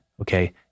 Okay